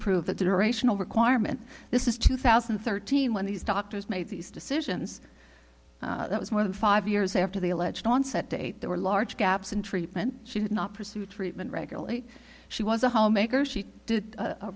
prove that generational requirement this is two thousand and thirteen when these doctors made these decisions that was more than five years after the alleged onset date there were large gaps in treatment she did not pursue treatment regularly she was a homemaker she did a